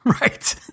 Right